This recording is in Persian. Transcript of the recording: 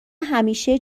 همیشه